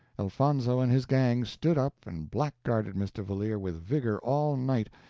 elfonzo and his gang stood up and black-guarded mr. valeer with vigor all night,